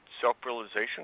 self-realization